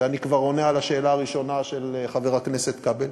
ואני כבר עונה על השאלה הראשונה של חבר הכנסת כבל,